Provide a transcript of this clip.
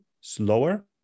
slower